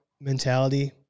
mentality